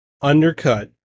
undercut